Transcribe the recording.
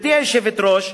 גברתי היושבת-ראש,